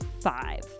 five